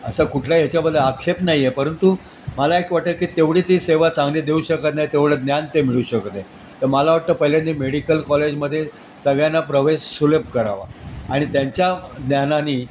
असं कुठलाही ह्याच्याबद्दल आक्षेप नाही आहे परंतु मला एक वाटतं की तेवढी ती सेवा चांगली देऊ शकत नाही तेवढं ज्ञान ते मिळू शकत नाही तर मला वाटतं पहिल्यांदा मेडिकल कॉलेजमध्ये सगळ्यांना प्रवेश सुलभ करावा आणि त्यांच्या ज्ञानाने